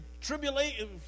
tribulation